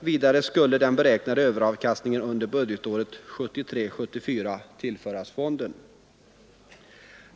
Vidare skulle den beräknade överavkastningen under budgetåret 1973/74 tillföras fonden.